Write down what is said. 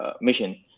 mission